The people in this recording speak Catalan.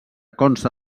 consta